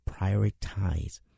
prioritize